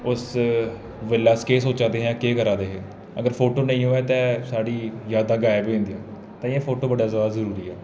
उस बेल्लै अस केह् सोचा दे हे जां केह् करा दे हे अगर फोटो नेईं होऐ ते साढ़ी जादां गायब होइ जंदियां इस लेई फोटो बड़ा जादा जरूरी ऐ